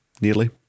nearly